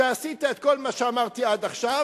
שעשית את כל מה שאמרתי עד עכשיו,